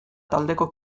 taldeko